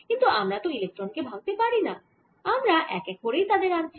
কিন্তু আমরা তো ইলেক্ট্রন কে ভাঙতে পারিনা আমরা এক এক করেই তাদের আনছি